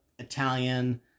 Italian